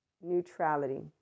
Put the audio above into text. neutrality